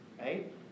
right